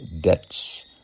debts